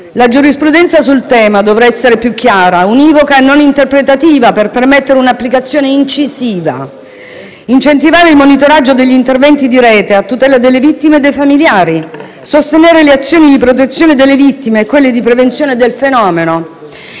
La giurisprudenza sul tema dovrà essere più chiara, univoca e non interpretativa per permettere un'applicazione incisiva. Bisognerà incentivare il monitoraggio degli interventi di rete a tutela delle vittime e dei familiari; sostenere le azioni di protezione delle vittime e quelle di prevenzione del fenomeno;